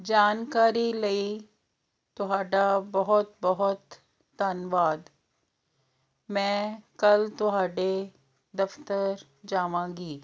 ਜਾਣਕਾਰੀ ਲਈ ਤੁਹਾਡਾ ਬਹੁਤ ਬਹੁਤ ਧੰਨਵਾਦ ਮੈਂ ਕੱਲ੍ਹ ਤੁਹਾਡੇ ਦਫ਼ਤਰ ਜਾਵਾਂਗੀ